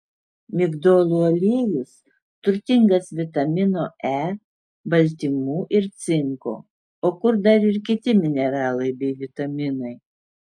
migdolų aliejus turtingas vitamino e baltymų ir cinko o kur dar ir kiti mineralai bei vitaminai